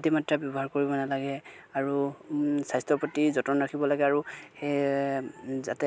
অতিমাত্ৰা ব্যৱহাৰ কৰিব নালাগে আৰু স্বাস্থ্যৰ প্ৰতি যতন ৰাখিব লাগে আৰু সেই যাতে